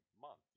month